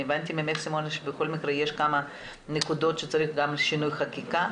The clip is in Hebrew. הבנתי ממך סימונה שבכל מקרה יש כמה נקודות שצריך גם שינוי חקיקה,